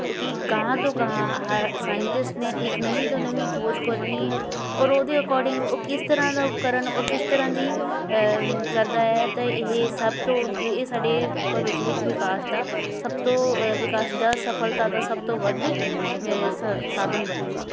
ਕਿਉਂਕਿ ਗਾਹਾਂ ਤੋਂ ਗਾਹਾਂ ਆਹ ਸਾਇੰਟਿਸਟ ਨੇ ਇਕ ਨਵੀਂ ਤੋਂ ਨਵੀਂ ਖੋਜ ਕਰਨੀ ਆ ਔਰ ਉਹਦੇ ਅਕੋਡਿੰਗ ਉਹ ਕਿਸ ਤਰ੍ਹਾਂ ਦਾ ਉਪਕਰਨ ਔਰ ਕਿਸ ਤਰ੍ਹਾਂ ਦੀ ਕਰਦਾ ਹੈ ਤਾਂ ਇਹ ਸਭ ਤੋਂ ਇਹ ਇਹ ਸਾਡੇ ਭਵਿੱਖ ਵਿੱਚ ਵਿਕਾਸ ਦਾ ਸਭ ਤੋਂ ਵਿਕਾਸ ਦਾ ਸਫਲਤਾ ਦਾ ਸਭ ਤੋਂ ਵੱਧ ਸਾ ਸਾਧਨ ਬਣੂੰਗਾ